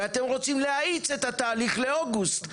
ואתם רוצים להאיץ את התהליך לאוגוסט.